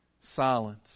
silent